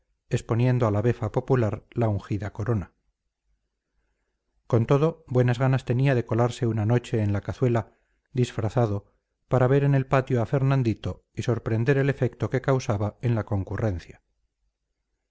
exponiendo a la befa popular la ungida corona con todo buenas ganas tenía de colarse una noche en la cazuela disfrazado para ver en el patio a fernandito y sorprender el efecto que causaba en la concurrencia